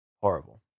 Horrible